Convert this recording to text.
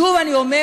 שוב אני אומר,